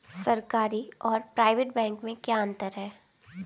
सरकारी और private bank में क्या अंतर है?